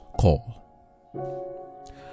Call